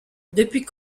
depuis